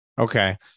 Okay